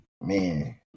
man